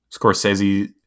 Scorsese